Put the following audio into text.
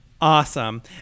Awesome